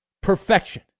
Perfection